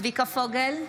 צביקה פוגל,